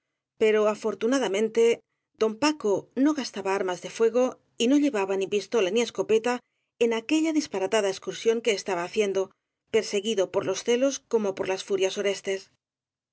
pero afortu nadamente don paco no gastaba armas de fuego y no llevaba ni pistola ni escopeta en aquella dispa ratada excursión que estaba haciendo perseguido por los celos como por las furias orestes